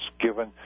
given